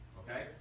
okay